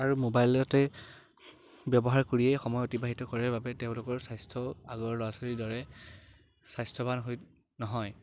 আৰু মোবাইলতেই ব্যৱহাৰ কৰিয়েই সময় অতিবাহিত কৰে বাবে তেওঁলোকৰ স্বাস্থ্যও আগৰ ল'ৰা ছোৱালীৰ দৰে স্বাস্থ্যৱান হৈ নহয়